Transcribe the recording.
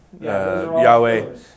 Yahweh